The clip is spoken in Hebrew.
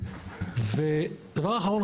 דבר אחרון,